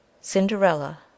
Cinderella